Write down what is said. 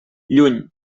lluny